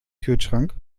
kühlschrank